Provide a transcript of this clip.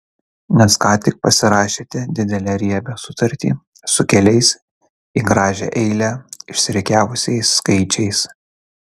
nes ką tik pasirašėte didelę riebią sutartį su keliais į gražią eilę išsirikiavusiais skaičiais